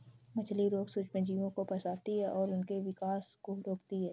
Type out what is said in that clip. मछली रोग सूक्ष्मजीवों को फंसाती है और उनके विकास को रोकती है